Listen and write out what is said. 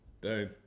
boom